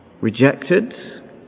Rejected